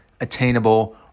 attainable